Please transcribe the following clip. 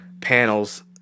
panels